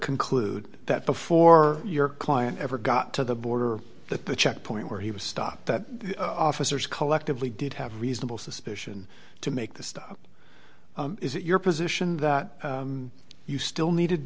conclude that before your client ever got to the border that the checkpoint where he was stopped that officers collectively did have reasonable suspicion to make the stop is it your position that you still need